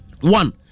One